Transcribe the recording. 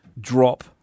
drop